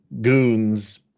goons